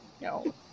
No